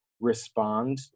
respond